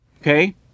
Okay